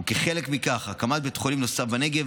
וכחלק מכך הקמת בית חולים נוסף בנגב,